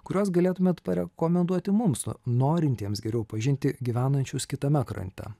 kuriuos galėtumėt parekomenduoti mums norintiems geriau pažinti gyvenančius kitame krante